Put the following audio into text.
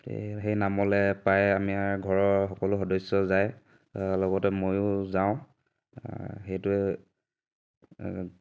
এই সেই নামলৈ প্ৰায় আমাৰ ঘৰৰ সকলো সদস্য যায় লগতে ময়ো যাওঁ সেইটোৱে